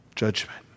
judgment